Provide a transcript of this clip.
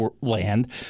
land